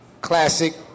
classic